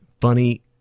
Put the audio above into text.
funny